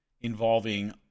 involving